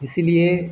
इसलिए